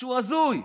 משהו הזוי.